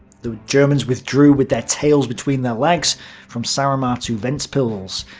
the germans withdrew with their tales between their legs from saaremaa to ventspils.